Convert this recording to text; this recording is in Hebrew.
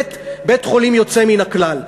באמת בית-חולים יוצא מן הכלל,